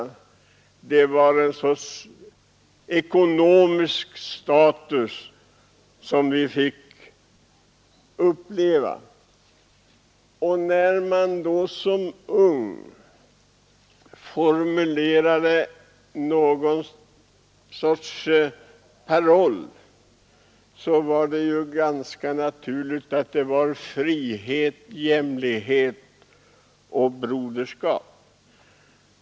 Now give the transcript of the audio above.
Det var ett slags ekonomisk gradering efter status som vi fick uppleva. När man då som ung formulerade någon sorts paroll, var det ganska naturligt att denna blev: Frihet, jämlikhet och broderskap.